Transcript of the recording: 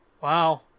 Wow